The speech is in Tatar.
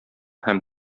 һәм